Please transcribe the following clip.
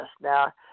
Now